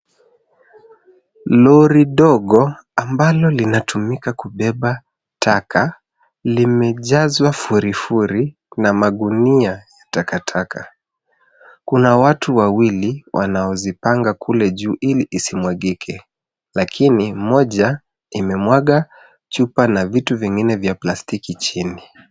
Lori ndogo ambalo linatumika kubeba taka limejaswa furi furi na magunia taka taka. Kuna watu wawili wanaozipanga kule juu ili hizimwagike lakini moja imemwaga chuba na vitu vingine vya plastiki chini.